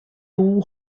two